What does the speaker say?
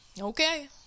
Okay